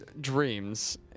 dreams